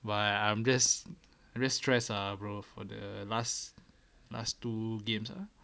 but I'm just just stress ah bro for the last last two games ah